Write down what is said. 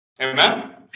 Amen